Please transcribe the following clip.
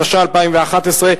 התשע"א 2011,